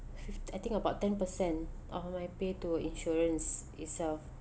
fif~ I think about ten percent of my pay to insurance itself